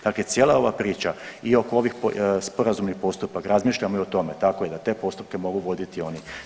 Dakle, cijela ova priča i oko ovih sporazumnih postupaka, razmišljamo i o tome tako je da te postupke mogu vodi i oni.